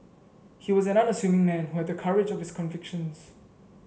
he was an unassuming man who had the courage of his convictions